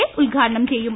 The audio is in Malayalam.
എ ഉദ്ഘാടനം ചെയ്യും